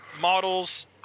models